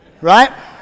Right